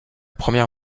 première